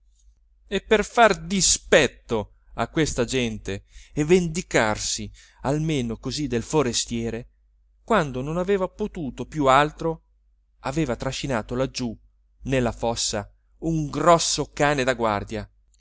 e per far dispetto a questa gente e vendicarsi almeno così del forestiere quando non aveva potuto più altro aveva trascinato laggiù nella fossa un grosso cane da guardia